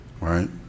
Right